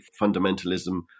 fundamentalism